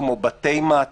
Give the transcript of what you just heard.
כמו: בתי מעצר,